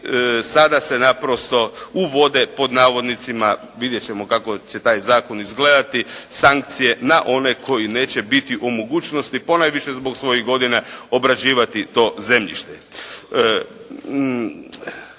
sada se naprosto uvode, pod navodnicima, vidjeti ćemo kako će taj zakon izgledati, "sankcije" na one koji neće biti u mogućnosti, ponajviše zbog svojih godina obrađivati to zemljište.